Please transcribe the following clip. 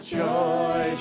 joy